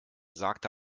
sagte